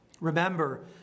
Remember